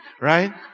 right